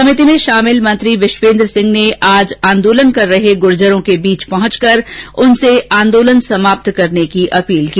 समिति में शामिल मंत्री विश्वेन्द्र सिंह ने आंदोलन कर रहे गूर्जरों के बीच पहंचकर उनसे आंदोलन समाप्त करने की अपील की